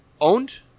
Owned